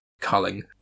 culling